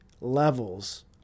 levels